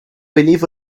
believe